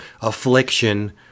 affliction